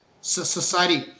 society